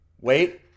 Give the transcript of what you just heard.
wait